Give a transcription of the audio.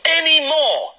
anymore